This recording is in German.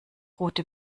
rote